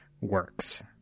works